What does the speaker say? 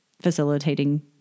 facilitating